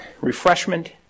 refreshment